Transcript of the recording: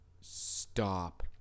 stop